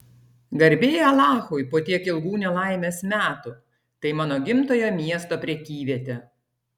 garbė alachui po tiek ilgų nelaimės metų tai mano gimtojo miesto prekyvietė